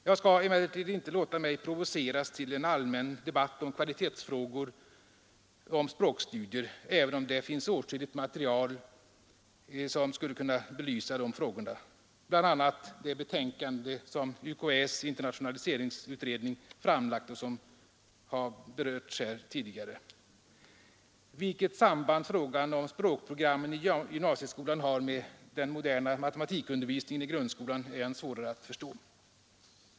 Jag skall emellertid inte låta mig provoceras till en allmän debatt om kvalitetsfrågor i fråga om språkstudier, även om det finns åtskilligt material som skulle kunna belysa de frågorna, bl.a. det betänkande som UKÄ:s internationaliseringsutredning framlagt och som har berörts här tidigare. Vilket samband frågan om språkprogrammen i gymnasieskolan har med den moderna matematikundervisningen i grundskolan är än svårare att förstå.